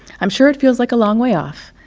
i'm sure it feels like a long way off,